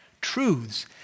Truths